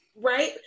Right